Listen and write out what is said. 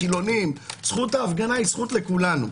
חילוניים זכות ההפגנה היא זכות לכולנו.